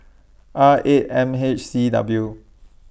R eight M H C W